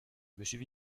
monsieur